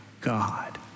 God